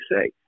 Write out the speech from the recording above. say